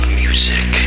music